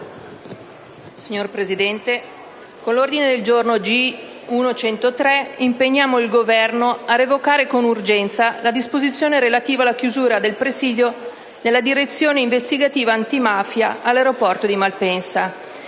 Signor Presidente, con l'ordine del giorno G1.103 proponiamo di impegnare il Governo a revocare con urgenza la disposizione relativa alla chiusura del presidio della Direzione investigativa antimafia all'aeroporto di Malpensa